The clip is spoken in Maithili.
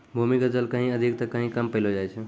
भूमीगत जल कहीं अधिक त कहीं कम पैलो जाय छै